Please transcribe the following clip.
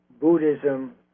Buddhism